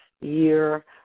year